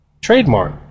trademark